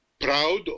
proud